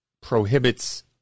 prohibits